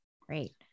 great